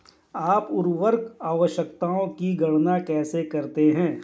आप उर्वरक आवश्यकताओं की गणना कैसे करते हैं?